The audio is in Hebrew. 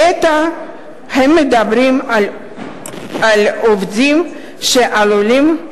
עתה הם מדברים על עובדים שעלולים,